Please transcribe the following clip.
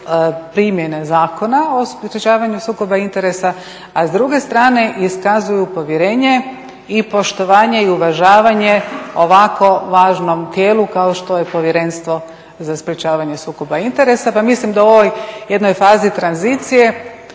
primjene Zakona o sprečavanju sukoba interesa, a s druge strane iskazuju povjerenje i poštovanje i uvažavanje ovako važnom tijelu kao što je Povjerenstvo za sprečavanje sukoba interesa. Pa mislim da u ovoj jednoj fazi tranzicije